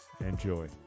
Enjoy